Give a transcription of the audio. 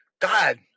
God